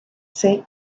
saint